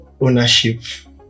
ownership